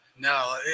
No